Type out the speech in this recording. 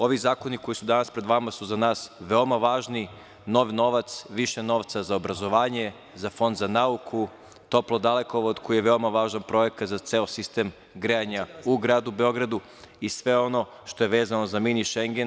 Ovi zakoni koji su danas pred vama su za nas veoma važni, nov novac, više novca za obrazovanje, za Fond za nauku, toplo-dalekovod koji je veoma važan projekat za ceo sistem grejanja u gradu Beogradu i sve ono što je vezano za „mini Šengen“